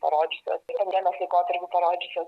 parodžiusios pandemijos laikotarpiu parodžiusios